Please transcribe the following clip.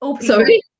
Sorry